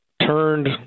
turned